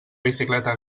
bicicleta